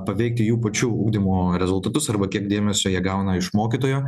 paveikti jų pačių ugdymo rezultatus arba kiek dėmesio jie gauna iš mokytojo